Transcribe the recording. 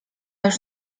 już